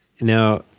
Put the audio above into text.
now